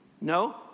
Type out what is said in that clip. No